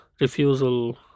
refusal